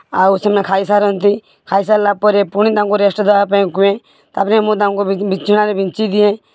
ଆଉ ସେମାନେ ଖାଇ ସାରନ୍ତି ଖାଇ ସାରିଲା ପରେ ପୁଣି ତାଙ୍କୁ ରେଷ୍ଟ୍ ନେବାପାଇଁ କୁହେଁ ତାପରେ ମୁଁ ତାଙ୍କୁ ବିଞ୍ଚଣାରେ ବିଞ୍ଚିଦିଏ